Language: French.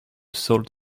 sault